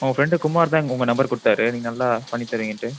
உங்கள் ஃபிரெண்ட் குமார்தான் உங்கள் நம்பர் கொடுத்தாரு நீங்கள் நல்லா பண்ணி தருவீங்கன்னுட்டு